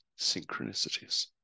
synchronicities